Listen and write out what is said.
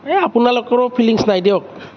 এ আপোনালোকৰো ফিলিংছ নাই দিয়ক